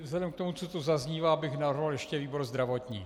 Vzhledem k tomu, co tu zaznívá, bych navrhoval ještě výbor zdravotní.